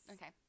Okay